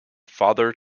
father